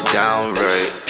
downright